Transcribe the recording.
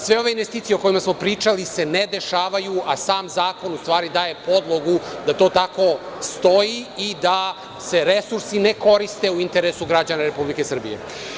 Sve ove investicije o kojima smo pričali se ne dešavaju, a sam zakon u stvari daje podlogu da to tako stoji i da se resursi ne koriste u interesu građana Republike Srbije.